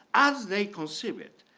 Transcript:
as they consider it.